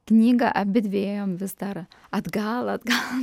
knygą abidvi ėjom vis dar atgal atgal